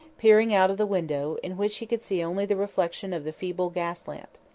peering out of the window, in which he could see only the reflection of the feeble gas-lamp.